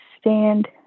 stand